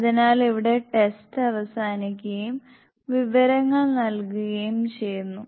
അതിനാൽ ഇവിടെ ടെസ്റ്റ് അവസാനിക്കുകയും വിവരങ്ങൾ നൽകുകയും ചെയ്യുന്നു